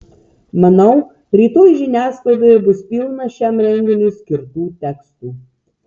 manau rytoj žiniasklaidoje bus pilna šiam renginiui skirtų tekstų